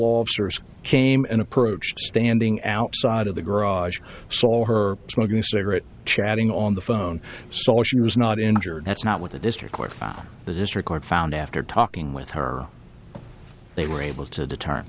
officers came and approached standing outside of the garage i saw her smoking a cigarette chatting on the phone so she was not injured that's not what the district court found the district court found after talking with her they were able to determine